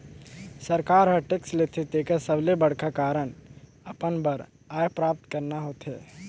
सरकार हर टेक्स लेथे तेकर सबले बड़खा कारन अपन बर आय प्राप्त करना होथे